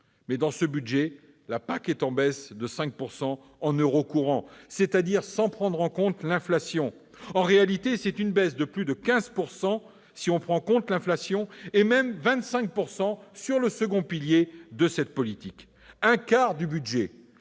mais, dans ce budget, la PAC est en baisse de 5 % en euros courants, c'est-à-dire sans prendre en compte l'inflation. En réalité, donc, c'est une baisse de plus de 15 %, si l'on prend en compte l'inflation, et elle atteint 25 % pour le second pilier de cette politique. Un quart du budget